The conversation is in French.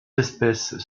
espèces